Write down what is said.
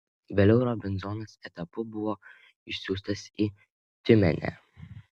vėliau robinzonas etapu buvo išsiųstas į tiumenę